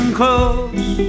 close